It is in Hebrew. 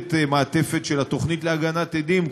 לתת מעטפת של התוכנית להגנת עדים,